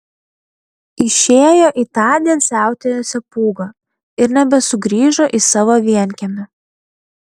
išėjo į tądien siautėjusią pūgą ir nebesugrįžo į savo vienkiemį